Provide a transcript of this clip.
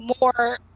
more